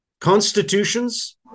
Constitutions